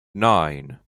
nine